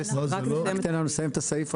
רק תן לה לסיים את הסעיף.